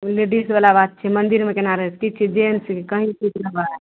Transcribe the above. लेडीजवला बात छियै मन्दिरमे केना रहि की छै जेन्स कहीं सुति रहबय